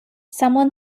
someone